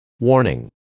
Warning